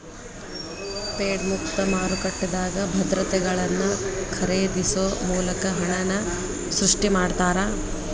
Fed ಮುಕ್ತ ಮಾರುಕಟ್ಟೆದಾಗ ಭದ್ರತೆಗಳನ್ನ ಖರೇದಿಸೊ ಮೂಲಕ ಹಣನ ಸೃಷ್ಟಿ ಮಾಡ್ತಾರಾ